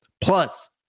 Plus